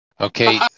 Okay